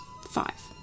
Five